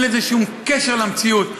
אין לזה שום קשר למציאות.